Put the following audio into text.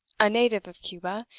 a native of cuba,